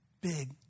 big